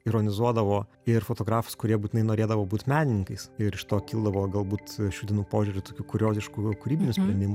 ironizuodavo ir fotografus kurie būtinai norėdavo būt menininkais ir iš to kildavo galbūt šių dienų požiūriu tokių kurioziškų gal kūrybinių sprendimų